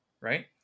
Right